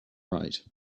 right